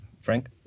Frank